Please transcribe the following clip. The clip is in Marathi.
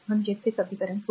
3 म्हणजेच हे समीकरण २